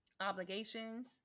obligations